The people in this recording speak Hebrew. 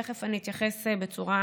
תכף אני אתייחס בצורה